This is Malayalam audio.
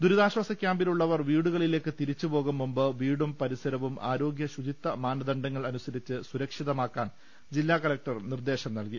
ദുരിതാശ്വാസ ക്യാമ്പിലുള്ളവർ വീടുകളിലേക്ക് തിരിച്ച് പോകും മുമ്പ് വീടും പരിസരവും ആരോഗ്യ ശുചിത്വ മാനദണ്ഡങ്ങൾ അനുസരിച്ച് സുരക്ഷിതമാക്കാൻ ജില്ലാ കലക്ടർ നിർദേശം നൽകി